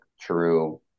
true